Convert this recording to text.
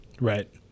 Right